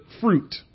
fruit